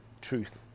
truth